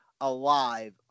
alive